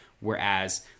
whereas